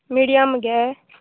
medium मगे